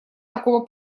такого